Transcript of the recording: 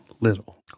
little